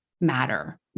matter